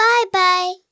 Bye-bye